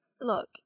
look